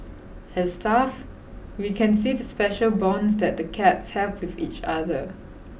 as staff we can see the special bonds that the cats have with each other